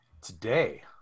Today